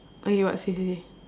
okay what say say say